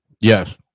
Yes